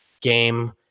game